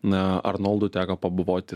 na arnoldu teko pabuvoti